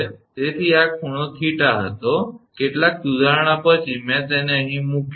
તેથી આ ખૂણો થીટા હતો અને કેટલાક સુધારણા પછી મેં તેને મુક્યો છે